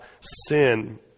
sin